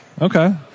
Okay